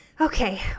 okay